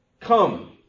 come